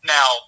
Now